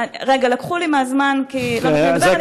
רגע, לקחו לי מהזמן, לא נתנו לי לדבר.